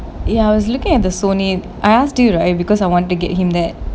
ya I was looking at the Sony I asked you right because I wanted to get him that